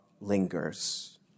lingers